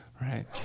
right